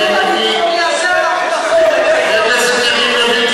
את הבטחת, חבר הכנסת יריב לוין.